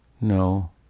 No